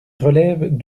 relève